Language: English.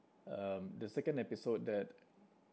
um the second episode that